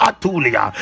Atulia